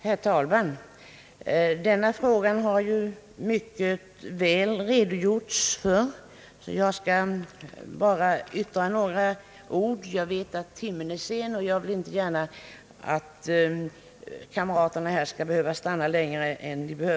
Herr talman! Den aktuella frågan har ju behandlats mycket ingående här, och jag skall därför bara med några korta ord beröra den. Jag vet att timmen är sen och vill inte gärna att ledamöterna i kammaren skall behöva stanna kvar längre än nödvändigt.